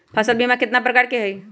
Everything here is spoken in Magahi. फसल बीमा कतना प्रकार के हई?